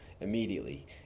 immediately